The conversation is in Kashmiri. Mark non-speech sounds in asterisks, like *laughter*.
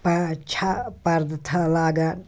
*unintelligible* چھےٚ پردٕ *unintelligible* لاگان